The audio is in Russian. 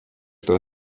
что